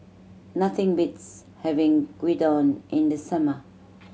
nothing beats having Gyudon in the summer